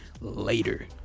later